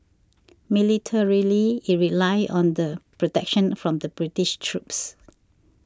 militarily it relied on the protection from the British troops